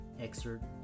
excerpt